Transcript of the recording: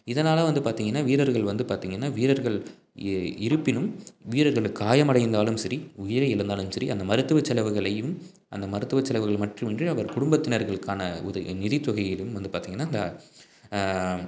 இதனால் வந்து பார்த்திங்கன்னா வீரர்கள் வந்து பார்த்திங்கன்னா வீரர்கள் இ இருப்பினும் வீரர்கள் காயம் அடைந்தாலும் சரி உயிரை இழந்தாலும் சரி அந்த மருத்துவச் செலவுகளையும் அந்த மருத்துவச் செலவுகள் மட்டுமின்றி அவர் குடும்பத்தினர்களுக்கான உதவி நிதி தொகையிலும் வந்து பார்த்திங்கன்னா அந்த